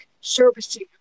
servicing